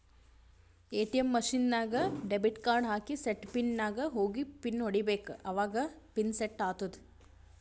ATM machine ನಾಗ್ debit card ಹಾಕಿ set PIN ನಾಗ್ ಹೋಗಿ ಪಿನ್ ಹೊಡಿಬೇಕ ಅವಾಗ ಪಿನ್ ಸೆಟ್ ಆತ್ತುದ